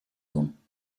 doen